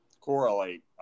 correlate